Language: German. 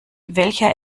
welcher